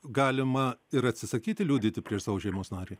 galima ir atsisakyti liudyti prieš savo šeimos narį